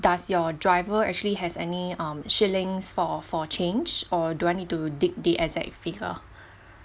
does your driver actually has any um shillings for for change or do I need to dig the exact figure